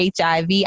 HIV